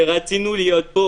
ורצינו להיות פה